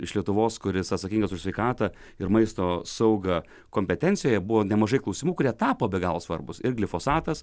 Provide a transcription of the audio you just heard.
iš lietuvos kuris atsakingas už sveikatą ir maisto saugą kompetencijoje buvo nemažai klausimų kurie tapo be galo svarbūs ir glifosatas